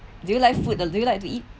do you like food or do you like to eat